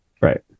right